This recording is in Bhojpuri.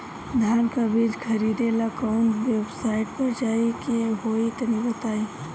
धान का बीज खरीदे ला काउन वेबसाइट पर जाए के होई तनि बताई?